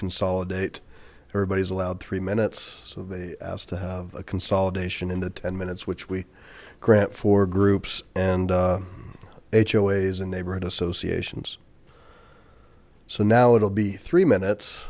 consolidate everybody's allowed three minutes so they asked to have a consolidation in the ten minutes which we grant four groups and hoas and neighborhood associations so now it'll be three minutes